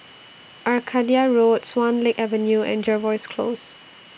Arcadia Road Swan Lake Avenue and Jervois Close